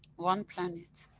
one planet,